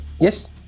yes